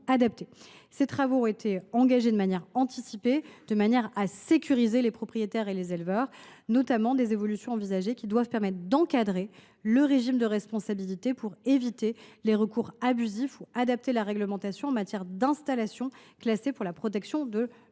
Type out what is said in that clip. Des travaux ont été engagés en ce sens de manière anticipée pour sécuriser les propriétaires et les éleveurs. Par exemple, les évolutions envisagées doivent permettre d’encadrer le régime de responsabilité pour éviter les recours abusifs et d’adapter la réglementation en matière d’installation classée pour la protection de l’environnement.